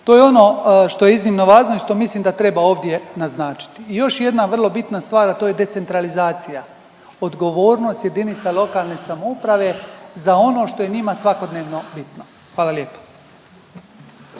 to je ono što je iznimno važno i što mislim da treba ovdje naznačiti. I još jedna vrlo bitna stvar, a to je decentralizacija. Odgovornost jedinica lokalne samouprave za ono što je njima svakodnevno bitno. Hvala lijepo.